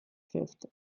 fifth